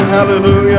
Hallelujah